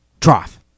Trough